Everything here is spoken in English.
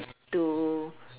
to